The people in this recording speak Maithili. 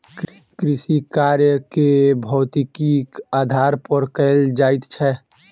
कृषिकार्य के भौतिकीक आधार पर कयल जाइत छै